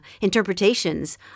interpretations